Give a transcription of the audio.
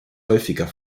häufiger